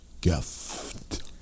gift